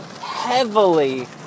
heavily